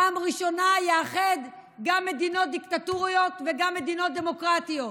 פעם ראשונה יאחד גם מדינות דיקטטוריות וגם מדינות דמוקרטיות.